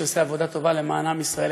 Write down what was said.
שעושה עבודה טובה למען עם ישראל,